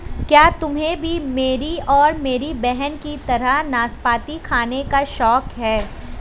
क्या तुम्हे भी मेरी और मेरी बहन की तरह नाशपाती खाने का शौक है?